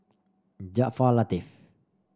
Jaafar Latiff